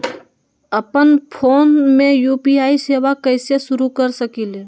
अपना phone UPI यू.पी.आई सेवा कईसे शुरू कर सकीले?